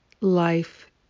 life